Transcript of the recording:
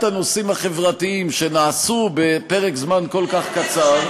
הנושאים החברתיים שנעשו בפרק זמן כל כך קצר,